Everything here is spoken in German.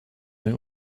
der